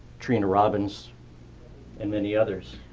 trina robbins and many others.